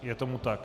Je tomu tak.